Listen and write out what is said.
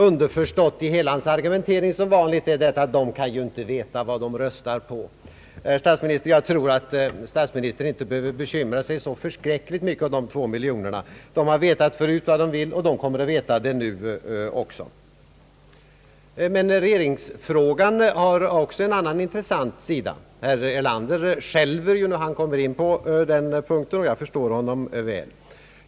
Underförstått i hela hans argumentering är som vanligt att de inte kan veta vad de röstar på. Herr statsminister! Jag tror att statsministern inte behöver bekymra sig så mycket över dessa två miljoner. De har förut vetat vad de vill, och de kommer att veta det nu också. Regeringsfrågan har emellertid också en annan intressant sida. Herr Erlander skälver när han kommer in på den punkten, och jag förstår honom väl.